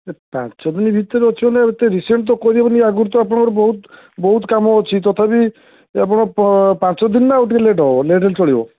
ପାଞ୍ଚଦିନ ଭିତରେ ଅଛି ବୋଇଲେ ଏତେ ରିସେଣ୍ଟ ତ କରିହବନି ଆଗରୁ ତ ଆପଣଙ୍କର ବହୁତ ବହୁତ କାମ ଅଛି ତଥାପି ଯଦି ଆପଣ ପାଞ୍ଚଦିନ ନା ଆଉ ଟିକେ ଲେଟ୍ ହେବ ଲେଟ୍ ହେଲେ ଚଳିବ